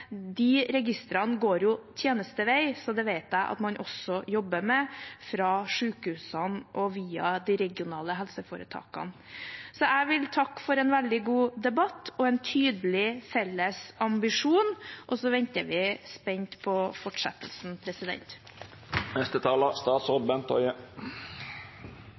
vet jeg at man også jobber med fra sykehusene og via de regionale helseforetakene. Jeg vil takke for en veldig god debatt og en tydelig felles ambisjon, og så venter vi spent på fortsettelsen.